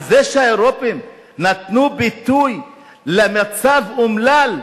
על זה שהאירופים נתנו ביטוי למצב אומלל,